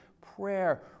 Prayer